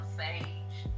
sage